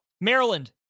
Maryland